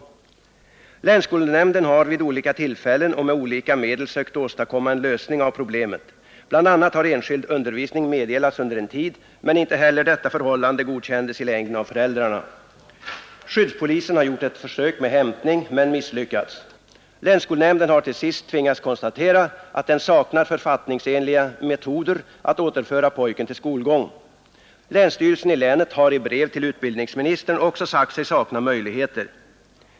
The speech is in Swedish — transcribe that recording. Länsskolnämnden har vid olika tillfällen och med olika medel sökt åstadkomma en lösning av problemet. BI. a. har enskild undervisning meddelats under en tid, men inte heller detta förhållande godkändes i längden av föräldrarna. Skyddspolisen har gjort ett försök med hämtning men misslyckats. Länsskolnämnden har till sist tvingats konstatera att den saknar författningsenliga metoder att återföra pojken till skolgång. Länsstyrelsen i länet har i brev till utbildningsministern också sagt sig sakna möjligheter.